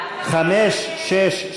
סעיפים 5 7